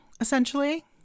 essentially